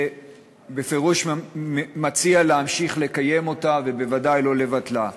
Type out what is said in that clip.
ובפירוש מציע להמשיך לקיים אותה ובוודאי לא לבטלה.